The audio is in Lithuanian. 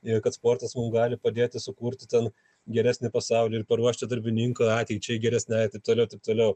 ir kad sportas mum gali padėti sukurti ten geresnį pasaulį ir paruošti darbininką ateičiai geresniąi taip toliau taip toliau